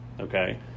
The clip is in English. Okay